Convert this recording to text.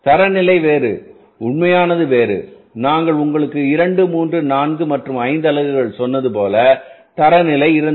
தரநிலை வேறு உண்மையானது வேறு நான் உங்களுக்கு 2 3 4 மற்றும் 5 அலகுகள் சொன்னது போல தரநிலை இருந்தது